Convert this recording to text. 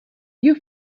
you